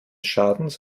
schadens